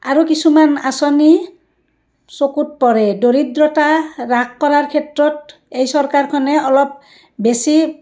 আৰু কিছুমান আঁচনি চকুত পৰে দৰিদ্ৰতা হ্ৰাস কৰাৰ ক্ষেত্ৰত এই চৰকাৰখনে অলপ বেছি